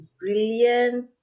brilliant